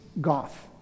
goth